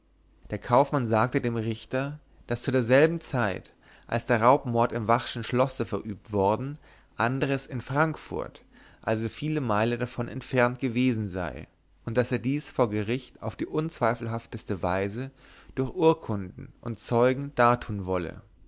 der kaufmann sagte dem richter daß zu derselben zeit als der raubmord im vachschen schlosse verübt worden andres in frankfurt also viele meilen davon entfernt gewesen sei und daß er dies vor gericht auf die unzweifelhafteste weise durch urkunden und zeugen dartun wolle